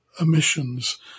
emissions